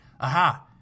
aha